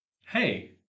hey